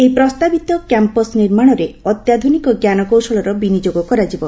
ଏହି ପ୍ରସ୍ତାବିତ କ୍ୟାମ୍ପସ୍ ନିର୍ମାଣରେ ଅତ୍ୟାଧୁନିକ ଜ୍ଞାନକୌଶଳର ବିନିଯୋଗ କରାଯିବ